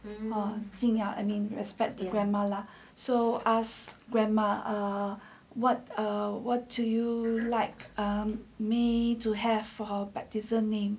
敬仰 I mean respect the grandma lah so as grandma err what err what do you like me to have for her baptism name